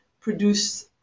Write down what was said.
produce